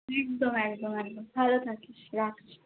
একদম একদম একদম ভালো থাকিস রাখছি